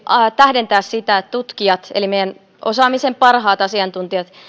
tähdentää sitä että tutkijat eli meidän osaamisen parhaat asiantuntijat